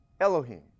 Elohim